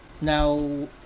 now